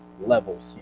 levels